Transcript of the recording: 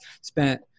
spent